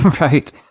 Right